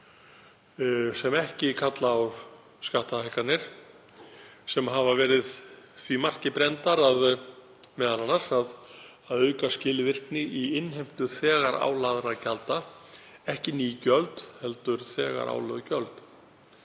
sem ekki kalla á skattahækkanir, sem hafa verið því marki brenndar m.a. að auka skilvirkni í innheimtu þegar álagðra gjalda, ekki ný gjöld heldur þegar álögð gjöld.